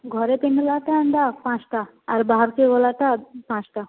ଘରେ ପିନ୍ଧ୍ଲାଟା ଏନ୍ତା ପାଞ୍ଚ୍ଟା ଆର୍ ବାହାରକେ ଗଲାଟା ପାଞ୍ଚ୍ଟା